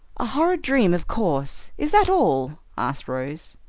a horrid dream, of course. is that all? asked rose.